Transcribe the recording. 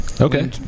Okay